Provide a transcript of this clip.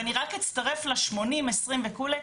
אני רק אצטרף ל-80, 20 וכולי.